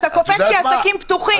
אתה קופץ כי העסקים פתוחים.